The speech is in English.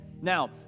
now